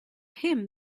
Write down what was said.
him